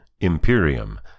Imperium